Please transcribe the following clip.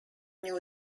new